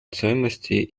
ценности